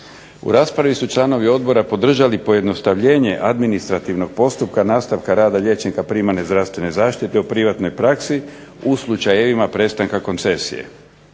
U raspravi su članovi odbora podržali pojednostavljenje administrativnog postupka nastavka rada liječnika primarne zdravstvene zaštite u privatnoj praksi u slučajevima prestanka koncesije.